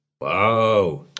Wow